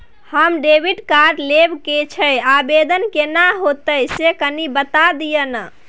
हम debit card लेब के छि, आवेदन केना होतै से कनी बता दिय न?